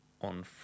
on